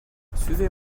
suivez